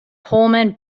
pullman